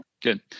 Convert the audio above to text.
good